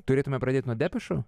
turėtume pradėti nuo depešų